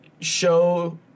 show